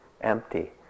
empty